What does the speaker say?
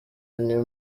new